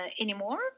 anymore